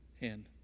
hand